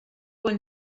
bon